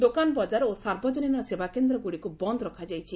ଦୋକାନ ବଜାର ଓ ସାର୍ବଜନୀନ ସେବାକେନ୍ଦ୍ରଗୁଡ଼ିକୁ ବନ୍ଦ୍ ରଖାଯାଇଛି